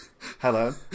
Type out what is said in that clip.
Hello